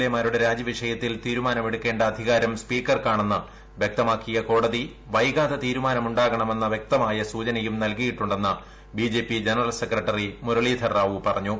എമാരുടെ രാജി വിഷയത്തിൽ തീരുമാനം എടുക്കേണ്ട അധികാരം സ്പീക്കർക്കാണെന്ന് വൃക്തമാക്കിയ കോടതി വൈകാതെ തീരുമാനമുണ്ടാകണമെന്ന വ്യക്തമായ സൂചനയും നൽകിയിട്ടുണ്ടെന്ന് BJP general secretary Muralidhar Rao പറഞ്ഞു